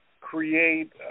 create